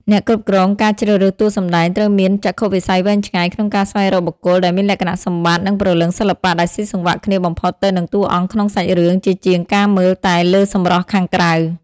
អ្នកគ្រប់គ្រងការជ្រើសរើសតួសម្ដែងត្រូវមានចក្ខុវិស័យវែងឆ្ងាយក្នុងការស្វែងរកបុគ្គលដែលមានលក្ខណៈសម្បត្តិ និងព្រលឹងសិល្បៈដែលស៊ីសង្វាក់គ្នាបំផុតទៅនឹងតួអង្គក្នុងសាច់រឿង ជាជាងការមើលតែលើសម្រស់ខាងក្រៅ។